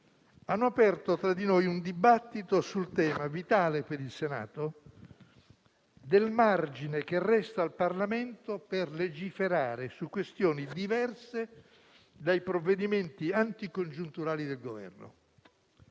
hanno aperto tra di noi un dibattito sul tema, vitale per il Senato, del margine che resta al Parlamento per legiferare su questioni diverse dai provvedimenti anticongiunturali del Governo.